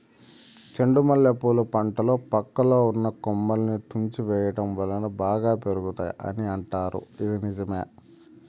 చెండు మల్లె పూల పంటలో పక్కలో ఉన్న కొమ్మలని తుంచి వేయటం వలన బాగా పెరుగుతాయి అని అంటారు ఇది నిజమా?